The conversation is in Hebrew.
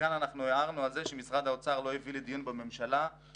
כאן אנחנו הערנו על זה שמשרד האוצר לא הביא לדיון בממשלה פתרון